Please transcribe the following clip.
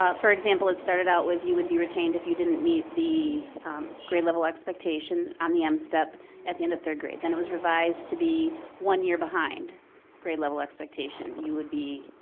for example, it started out with you would be retained if you didn't meet the grade level expectation on the m-step at the end of third grade. then it was revised to be one year behind grade level expectation, you would be